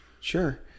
Sure